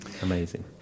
amazing